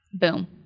Boom